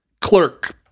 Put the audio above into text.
clerk